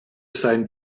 sein